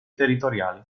territoriali